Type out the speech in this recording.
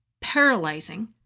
paralyzing